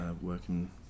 Working